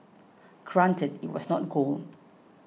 granted it was not gold